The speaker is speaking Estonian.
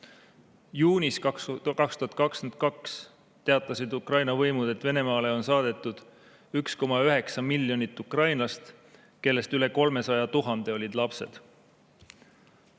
Juunis 2022 teatasid Ukraina võimud, et Venemaale on saadetud 1,9 miljonit ukrainlast, kellest üle 300 000 olid lapsed.